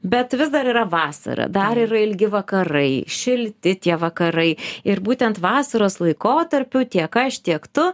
bet vis dar yra vasara dar yra ilgi vakarai šilti tie vakarai ir būtent vasaros laikotarpiu tiek aš tiek tu